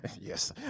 Yes